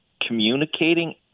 communicating